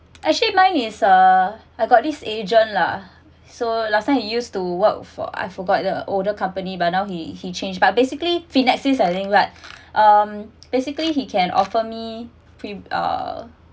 actually mine is uh I got this agent lah so last time I used to work for I forgot the older company but now he he changed but basically finexis I think but um basically he can offer me uh